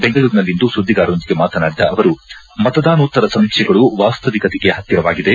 ಬೆಂಗಳೂರಿನಲ್ಲಿಂದು ಸುದ್ದಿಗಾರರೊಂದಿಗೆ ಮಾತನಾಡಿದ ಅವರು ಮತದಾನೋತ್ತರ ಸಮೀಕ್ಷೆಗಳು ವಾಸ್ತವಿಕತೆಗೆ ಹತ್ತಿರವಾಗಿದೆ